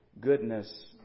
goodness